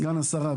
סגן השרה,